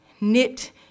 Knit